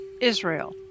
Israel